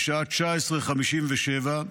בשעה 19:57,